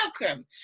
welcome